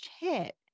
hit